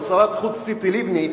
עם שרת החוץ ציפי לבני,